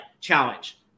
challenge